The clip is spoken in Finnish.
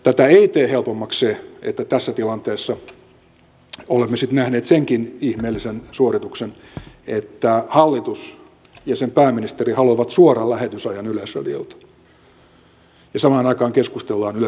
tätä ei tee helpommaksi se että tässä tilanteessa olemme sitten nähneet senkin ihmeellisen suorituksen että hallitus ja sen pääministeri haluavat suoran lähetysajan yleisradiolta ja samaan aikaan keskustellaan yleisradion rahoituksesta